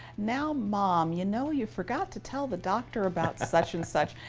now, mom, you know, you forgot to tell the doctor about such and such.